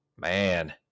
Man